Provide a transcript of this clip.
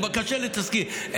אין בקשה לתסקיר.